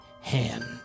hand